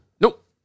Nope